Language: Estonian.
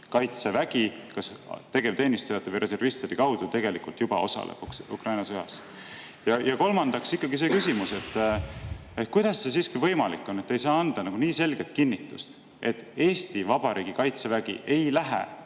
Kaitsevägi kas tegevteenistujate või reservistide kaudu tegelikult juba osaleb Ukraina sõjas. Ja kolmandaks on see küsimus: kuidas on see siiski võimalik, et te ei saa anda selget kinnitust, et Eesti Vabariigi Kaitsevägi ei lähe